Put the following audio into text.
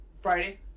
Friday